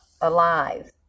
alive